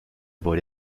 wurde